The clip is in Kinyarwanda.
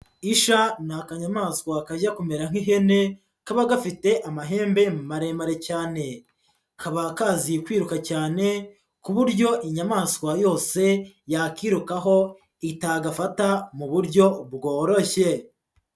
Isha n'akanyamaswa kajya kumera nk'ihene, kaba gafite amahembe maremare cyane. Kaba kagiye kwiruka cyane ku buryo inyamaswa yose yakirukaho itagafata mu buryo bworoshye.